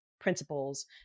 principles